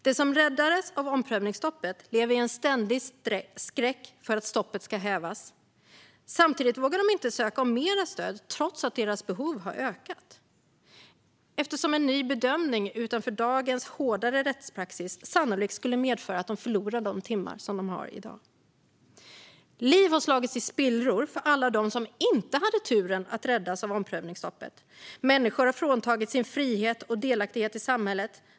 De som räddades av omprövningsstoppet lever i en ständig skräck för att stoppet ska hävas. Samtidigt vågar de inte söka om mer stöd, trots att deras behov har ökat, eftersom en ny bedömning utifrån dagens hårdare rättspraxis sannolikt skulle medföra att de förlorar de timmar som de har i dag. Liv har slagits i spillror för alla de som inte hade turen att räddas av omprövningsstoppet. Människor har fråntagits sin frihet och delaktighet i samhället.